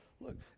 Look